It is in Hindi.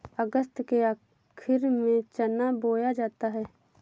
अगस्त के आखिर में चना बोया जाता है